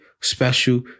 special